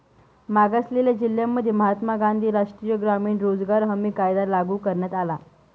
मागासलेल्या जिल्ह्यांमध्ये महात्मा गांधी राष्ट्रीय ग्रामीण रोजगार हमी कायदा लागू करण्यात आला